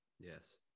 Yes